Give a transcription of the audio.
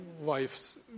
wife's